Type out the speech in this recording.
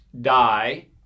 die